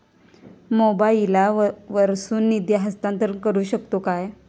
मोबाईला वर्सून निधी हस्तांतरण करू शकतो काय?